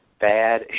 bad